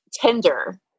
Tinder